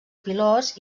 pilots